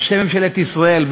ראשי ממשלת ישראל,